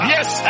Yes